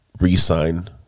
re-sign